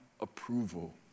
approval